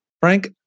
Frank